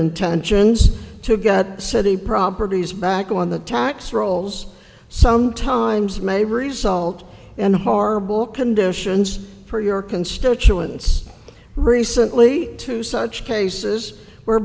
intentions to get city properties back on the tax rolls some times may result in harbel conditions for your constituents recently too such cases were